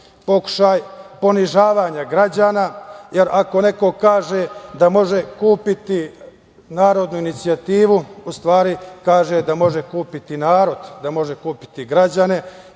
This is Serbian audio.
pokušaj ponižavanja građana jer ako neko kaže da može kupiti narodnu inicijativu u stvari kaže da može kupiti narod, da može kupiti građane